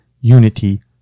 unity